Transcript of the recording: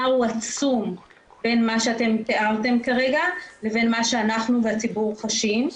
הפער הוא עצום בין מה שתיארתם כרגע לבין מה שאנחנו והציבור חשים.